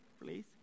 please